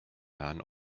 nahen